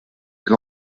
elle